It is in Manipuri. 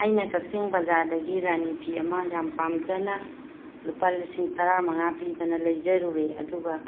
ꯑꯩꯅ ꯀꯛꯆꯤꯡ ꯕꯖꯥꯔꯗꯒꯤ ꯔꯥꯅꯤ ꯐꯤ ꯑꯃ ꯌꯥꯝ ꯄꯥꯝꯖꯅ ꯂꯨꯄꯥ ꯂꯤꯁꯤꯡ ꯇꯔꯥ ꯃꯉꯥ ꯄꯤꯗꯅ ꯂꯩꯖꯔꯨꯔꯦ ꯑꯗꯨꯒ